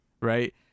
right